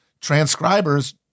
transcribers